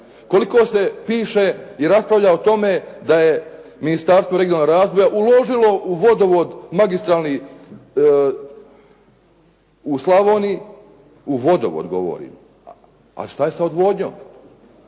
koliko se piše i raspravlja o tome da je Ministarstvo regionalnog razvoja uložilo u vodovod magistralni u Slavoniji, u vodovod govorim. A šta je sa odvodnjom?